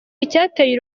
icyateye